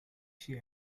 she